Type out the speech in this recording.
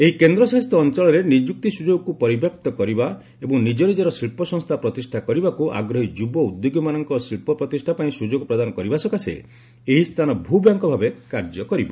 ଏହି କେନ୍ଦ୍ରଶାସିତ ଅଞ୍ଚଳରେ ନିଯୁକ୍ତି ସୁଯୋଗକୁ ପରିବ୍ୟାପ୍ତ କରିବା ଏବଂ ନିଜନିଜର ଶିଳ୍ପସଂସ୍ଥା ପ୍ରତିଷ୍ଠା କରିବାକୁ ଆଗ୍ରହୀ ଯୁବ ଉଦ୍ୟୋଗୀମାନଙ୍କୁ ଶିଳ୍ପ ପ୍ରତିଷ୍ଠା ପାଇଁ ସୁଯୋଗ ପ୍ରଦାନ କରିବା ସକାଶେ ଏହି ସ୍ଥାନ ଭୂ ବ୍ୟାଙ୍କ ଭାବେ କାର୍ଯ୍ୟ କରିବ